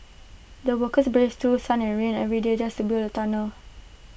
the workers braved through sunny and rainy every day just to build the tunnel